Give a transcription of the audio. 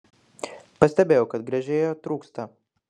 pastebėjau kad gręžėjo trūksta